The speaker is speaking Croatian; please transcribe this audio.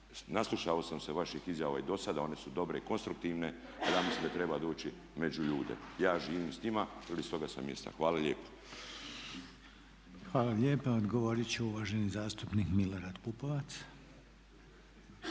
Naslušao sam se vaših izjava i dosada, one su dobre i konstruktivne. Ja mislim da treba doći među ljude. Ja živim s njima jer iz toga sam mjesta. Hvala lijepo. **Reiner, Željko (HDZ)** Hvala lijepo. Odgovorit će uvaženi zastupnik Milorad Pupovac.